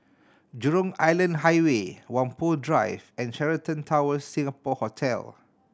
Jurong Island Highway Whampoa Drive and Sheraton Tower Singapore Hotel